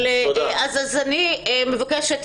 אז אני מבקשת,